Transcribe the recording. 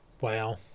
Wow